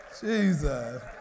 Jesus